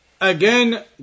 again